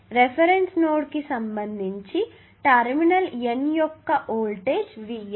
reference నోడ్కు సంబంధించి terminal N యొక్క వోల్టేజ్ VN